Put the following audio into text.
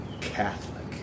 Catholic